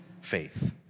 faith